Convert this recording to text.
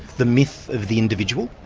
the myth of the individual,